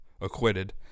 acquitted